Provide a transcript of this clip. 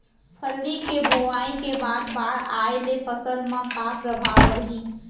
फल्ली के बोआई के बाद बाढ़ आये ले फसल मा का प्रभाव पड़ही?